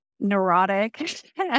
neurotic